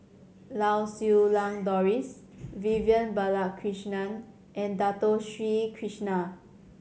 Lau Siew Lang Doris Vivian Balakrishnan and Dato Sri Krishna